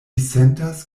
sentas